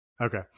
Okay